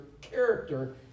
character